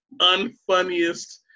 unfunniest